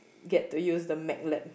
get to use the Mac lab